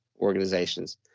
organizations